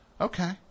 Okay